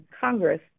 Congress